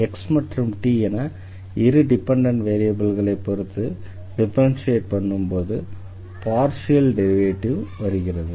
x மற்றும் t என இரு இண்டிபெண்டண்ட் வேரியபிள்களை பொறுத்து டிஃபரன்ஷியேட் பண்ணும்போது பார்ஷியல் டெரிவேட்டிவ் வருகிறது